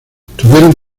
tuvieron